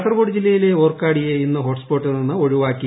കാസർഗോഡ് ജില്ലയിലെ വോർക്കാടിയെ ഇന്ന് ഹോട്ട് സ്പോട്ടിൽ നിന്നും ഒഴിവാക്കി